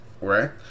right